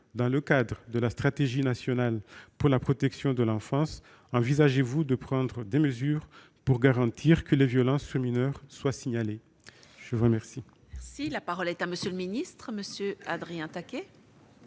dans le cadre de la stratégie nationale pour la protection de l'enfance, envisagez-vous de prendre des mesures pour garantir que les violences sur mineurs soient signalées ? La parole